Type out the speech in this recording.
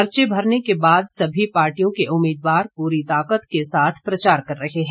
पर्चे भरने के बाद सभी पार्टियों के उम्मीदवार पूरी ताकत के साथ प्रचार कर रहे हैं